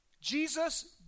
Jesus